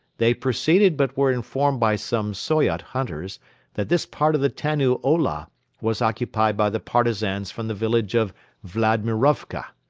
they proceeded but were informed by some soyot hunters that this part of the tannu ola was occupied by the partisans from the village of vladimirovka.